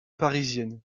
parisienne